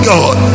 God